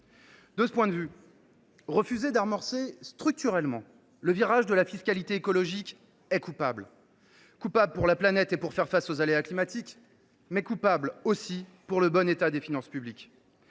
De ce point de vue, refuser d’amorcer structurellement le virage de la fiscalité écologique est coupable : coupable pour ce qui est de la planète et de la protection face aux aléas climatiques, mais coupable aussi pour ce qui est du bon état des finances publiques